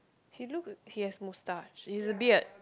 he look he has mustache is a beard